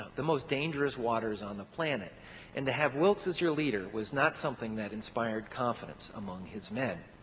the most dangerous waters on the planet and to have wilkes as your leader was not something that inspired confidence among his men.